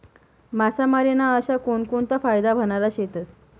मासामारी ना अशा कोनकोनता फायदा व्हनारा शेतस?